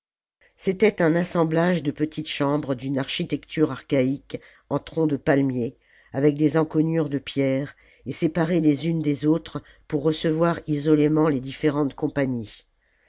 c'était un assemblage de petites chambres d'une architecture archaïque en troncs de palmier avec des encoignures de pierre et séparées les unes des autres pour recevoir isolément les différentes compagnies